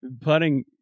putting